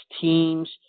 teams